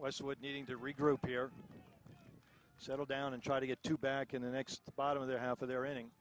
westwood needing to regroup here settle down and try to get two back in the next the bottom of their half of their inning